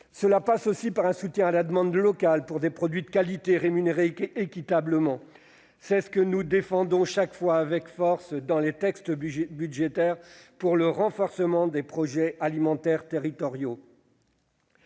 Cela passe aussi par un soutien à la demande locale pour des produits de qualité et rémunérés équitablement. C'est pourquoi nous défendons avec force dans les textes budgétaires le renforcement des projets alimentaires territoriaux,